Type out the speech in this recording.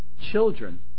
children